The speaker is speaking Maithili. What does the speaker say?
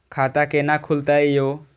खाता केना खुलतै यो